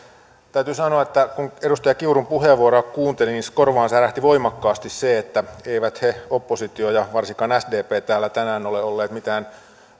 täytyy sanoa että kun edustaja kiurun puheenvuoroa kuunteli niin korvaan särähti voimakkaasti se että eivät he oppositio ja varsinkaan sdp täällä tänään ole olleet mitään